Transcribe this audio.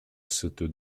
cette